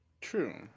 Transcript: true